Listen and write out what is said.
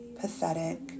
pathetic